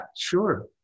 sure